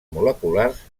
moleculars